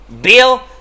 Bill